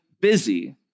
busy